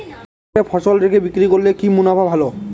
হিমঘরে ফসল রেখে বিক্রি করলে কি মুনাফা ভালো?